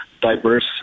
diverse